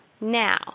now